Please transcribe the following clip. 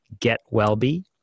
getwellbe